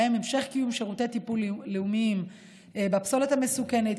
ובהם המשך קיום שירותי טיפול לאומיים בפסולת המסוכנת,